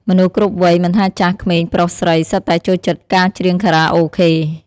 មនុស្សគ្រប់វ័យ មិនថាចាស់ ក្មេង ប្រុស ស្រី សុទ្ធតែចូលចិត្តការច្រៀងខារ៉ាអូខេ។